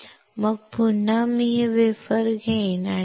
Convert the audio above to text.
मग पुन्हा मी हे वेफर घेईन आणि DI